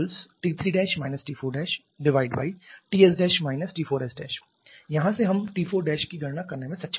CTT3 T4Ts T4s यहाँ से हम T4' की गणना करने में सक्षम होंगे